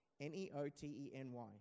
N-E-O-T-E-N-Y